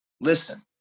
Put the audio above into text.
Listen